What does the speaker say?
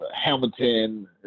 Hamilton